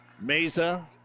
Mesa